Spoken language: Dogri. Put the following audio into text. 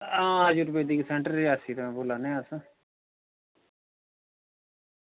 आं आयूर्वेदिक सैंटर दा बोल्ला नै अस